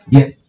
Yes